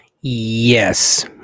Yes